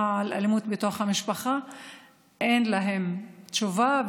על אלימות בתוך המשפחה אין להם תשובה,